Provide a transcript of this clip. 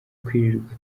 kwirirwa